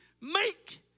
make